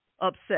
upset